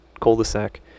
cul-de-sac